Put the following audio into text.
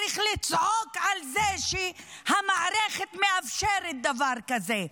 צריך לצעוק על זה שהמערכת מאפשרת דבר כזה.